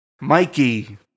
Mikey